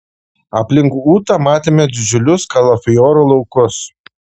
aplink ūtą matėme didžiulius kalafiorų laukus